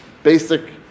Basic